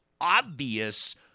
obvious